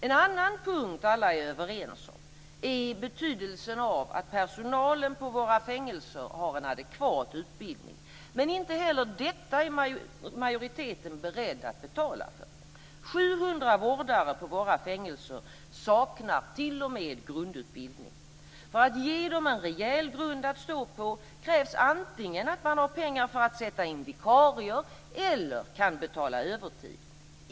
En annan punkt som alla är överens om är betydelsen av att personalen på våra fängelser har en adekvat utbildning, men inte heller detta är majoriteten beredd att betala för. 700 vårdare på våra fängelser saknar t.o.m. grundutbildning. För att ge dem en rejäl grund att stå på krävs antingen att man har pengar för att sätta in vikarier eller att man kan betala övertid.